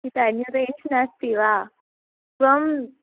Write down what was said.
इतः अन्यदेश्ः नास्ति वा त्वम्